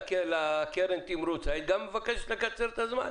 לקרן התמרוץ גם היית מבקשת לקצר את הזמן?